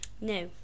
No